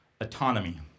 autonomy